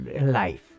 life